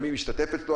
מאשר, מי משתתף אצלנו.